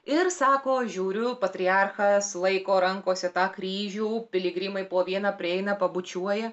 ir sako žiūriu patriarchas laiko rankose tą kryžių piligrimai po vieną prieina pabučiuoja